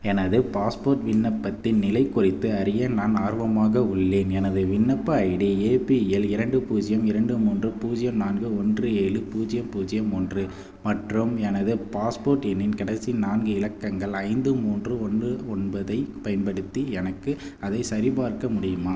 எனது பாஸ்போர்ட் விண்ணப்பத்தின் நிலை குறித்து அறிய நான் ஆர்வமாக உள்ளேன் எனது விண்ணப்ப ஐடி ஏபிஎல் இரண்டு பூஜ்ஜியம் இரண்டு மூன்று பூஜ்ஜியம் நான்கு ஒன்று ஏழு பூஜ்ஜியம் பூஜ்ஜியம் ஒன்று மற்றும் எனது பாஸ்போர்ட் எண்ணின் கடைசி நான்கு இலக்கங்கள் ஐந்து மூன்று ஒன்று ஒன்பதைப் பயன்படுத்தி எனக்கு அதைச் சரிப் பார்க்க முடியுமா